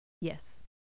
Yes